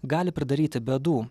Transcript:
gali pridaryti bėdų